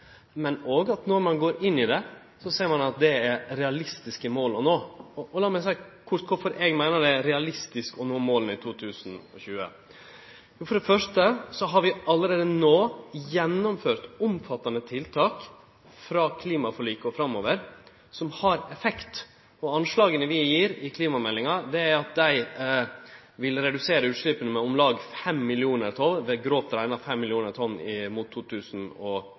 og at ein, når ein går inn i det, ser at det er realistiske mål å nå. Lat meg kort seie kvifor eg meiner det er realistisk å nå måla i 2020. For det første har vi allereie no gjennomført omfattande tiltak – frå klimaforliket og framover – som har effekt. Anslaga vi gir i klimameldinga, er at dei vil redusere utsleppa med om lag 5 mill. tonn,